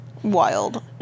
Wild